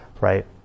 right